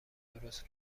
درست